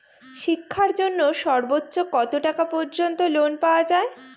শিক্ষার জন্য সর্বোচ্চ কত টাকা পর্যন্ত লোন পাওয়া য়ায়?